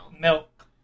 Milk